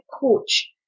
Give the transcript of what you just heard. coach